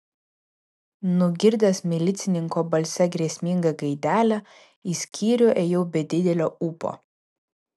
nugirdęs milicininko balse grėsmingą gaidelę į skyrių ėjau be didelio ūpo